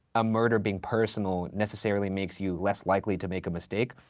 a murder being personal necessarily makes you less likely to make a mistake.